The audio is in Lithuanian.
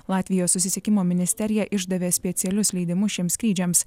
latvijos susisiekimo ministerija išdavė specialius leidimus šiems skrydžiams